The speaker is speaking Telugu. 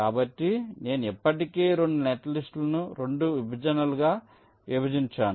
కాబట్టి నేను ఇప్పటికే 2 నెట్లిస్ట్ను 2 విభజనలుగా విభజించాను